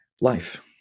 Life